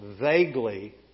vaguely